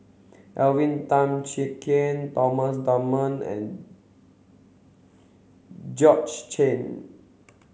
Alvin Tan Cheong Kheng Thomas Dunman and George Chen